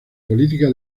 política